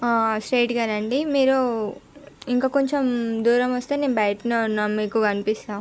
స్ట్రెయిట్గా రండి మీరు ఇంక కొంచెం దూరం వస్తే నేను బయటనే ఉన్న మీకు కనిపిస్తా